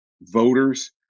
voters